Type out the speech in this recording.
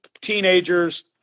teenagers